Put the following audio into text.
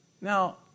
Now